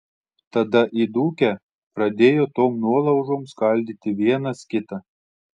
tada įdūkę pradėjo tom nuolaužom skaldyti vienas kitą